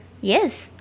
Yes